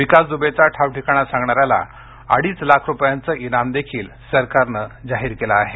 विकास दु्बेचा ठावठिकाणा सांगणाऱ्याला अडीच लाख रुपयांचं इनामही सरकारनं जाहीर केलं आहे